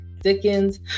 Dickens